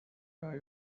are